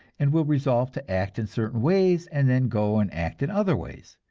and will resolve to act in certain ways, and then go and act in other ways.